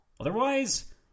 Otherwise